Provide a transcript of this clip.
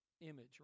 image